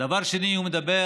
דבר שני, הוא מדבר